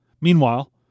Meanwhile